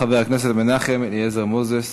חבר הכנסת מנחם אליעזר מוזס.